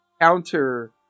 Counter